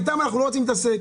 איתם אנחנו לא רוצים להתעסק.